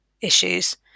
issues